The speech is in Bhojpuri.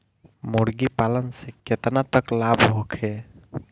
मुर्गी पालन से केतना तक लाभ होखे?